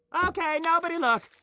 okay. nobody look.